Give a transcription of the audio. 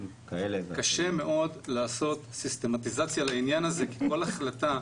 קשה מאוד לעשות סיסטמטיזציה לעניין הזה כי כל החלטה,